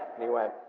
and he went,